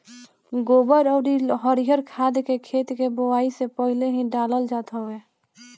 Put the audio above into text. गोबर अउरी हरिहर खाद के खेत के बोआई से पहिले ही डालल जात हवे